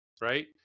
right